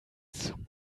zum